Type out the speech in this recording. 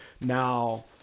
now